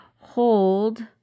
hold